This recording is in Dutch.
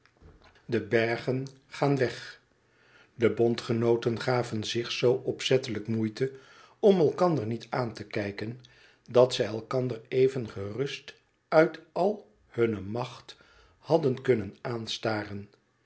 de bergen gaan weg de bondgenooten gaven zich zoo opzettelijk moeite om elkander niet aan te kijken dat zij elkander even gerust uit ai hunne macht hadden kunnen aanstaren